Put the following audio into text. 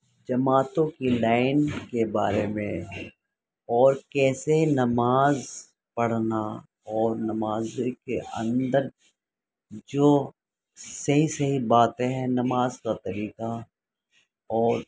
جماعتوں کی لائن کے بارے میں اور کیسے نماز پڑھنا اور نماز کے اندر جو صحیح صحیح باتیں ہیں نماز کا طریقہ اور